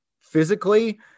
physically